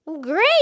Great